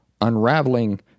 unraveling